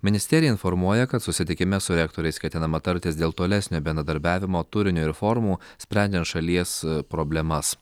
ministerija informuoja kad susitikime su rektoriais ketinama tartis dėl tolesnio bendradarbiavimo turinio ir formų sprendžiant šalies problemas